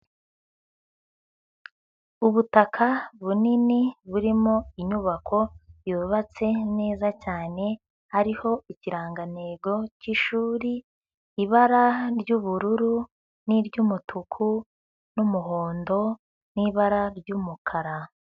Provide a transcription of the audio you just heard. Ubutaka bunini burimo inyubako yubatse neza cyane hariho ikirangantego cy'ishuri, ibara ry'ubururu n'iry'umutuku n'umuhondo n'ibara ry'umukara.